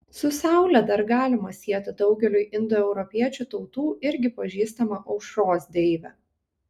su saule dar galima sieti daugeliui indoeuropiečių tautų irgi pažįstamą aušros deivę